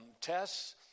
tests